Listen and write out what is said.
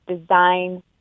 design